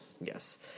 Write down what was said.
yes